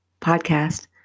Podcast